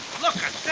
look at